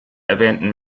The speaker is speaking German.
erwähnten